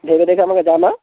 ভেবে দেখে আমাকে জানা